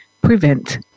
prevent